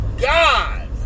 God